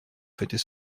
fêter